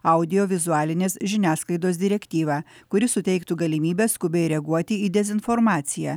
audiovizualinės žiniasklaidos direktyvą kuri suteiktų galimybę skubiai reaguoti į dezinformaciją